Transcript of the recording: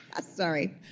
Sorry